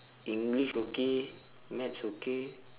english okay maths okay